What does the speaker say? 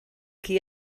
qui